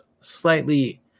slightly